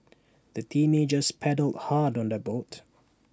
the teenagers paddled hard on their boat